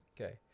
Okay